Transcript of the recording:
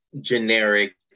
generic